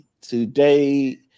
Today